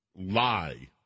lie